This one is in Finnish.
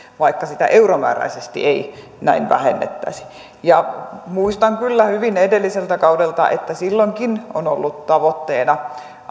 vaikka sitä euromääräisesti ei näin vähennettäisi muistan kyllä hyvin edelliseltä kaudelta että silloinkin on ollut tavoitteena